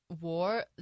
war